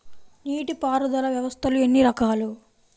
నీటిపారుదల వ్యవస్థలు ఎన్ని రకాలు?